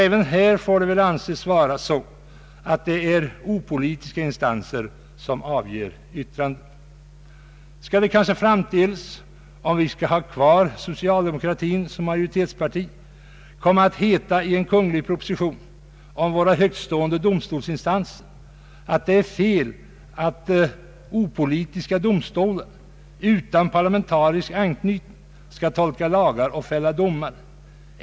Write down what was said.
Även här får det väl anses vara opolitiska instanser som avger yttranden. Skall det kanske framdeles, om vi skall ha kvar socialdemokratin som majoritetsparti, komma att heta i en kungl. proposition om våra högtstående domstolsinstanser, att det är fel att opolitiska domstolar utan parlamentarisk anknytning skall tolka lagar och fälla domar?